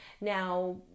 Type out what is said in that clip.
Now